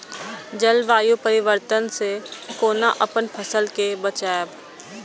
जलवायु परिवर्तन से कोना अपन फसल कै बचायब?